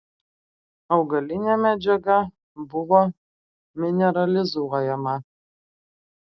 augalinė medžiaga buvo mineralizuojama